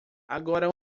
agora